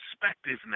perspective